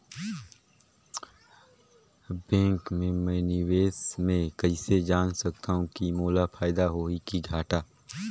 Bank मे मैं निवेश मे कइसे जान सकथव कि मोला फायदा होही कि घाटा?